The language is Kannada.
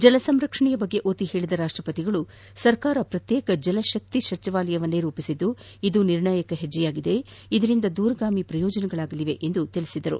ಜಲ ಸಂರಕ್ಷಣೆಯ ಬಗ್ಗೆ ಒತ್ತಿ ಹೇಳಿದ ರಾಷ್ಟ ಪತಿಯವರು ಸರ್ಕಾರ ಪ್ರತ್ಯೇಕ ಜಲಶಕ್ತಿ ಸಚಿವಾಲಯವನ್ನೇ ರೂಪಿಸಿದ್ದು ಇದು ನಿರ್ಣಾಯಕ ಹೆಜ್ಜೆಯಾಗಿದೆ ಇದರಿಂದ ದೂರಗಾಮಿ ಪ್ರಯೋಜನಗಳಾಗಲಿವೆ ಎಂದರು